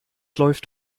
läuft